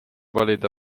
valida